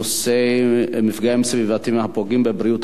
הנושא: מפגעים סביבתיים הפוגעים בבריאות